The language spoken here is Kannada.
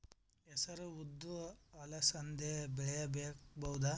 ಹೆಸರು ಉದ್ದು ಅಲಸಂದೆ ಬೆಳೆಯಬಹುದಾ?